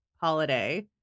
holiday